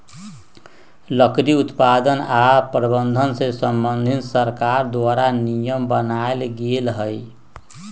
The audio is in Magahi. लकड़ी उत्पादन आऽ प्रबंधन से संबंधित सरकार द्वारा नियम बनाएल गेल हइ